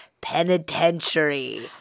penitentiary